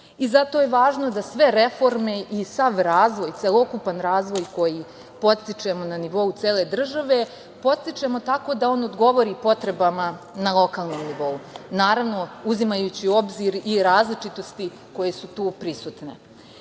je važno da sve reforme i sav razvoj i celokupan razvoj koji podstičemo na nivou cele države, podstičemo tako da on odgovori potrebama na lokalnom nivou, naravno, uzimajući u obzir i različitosti koje su tu prisutne. Jedan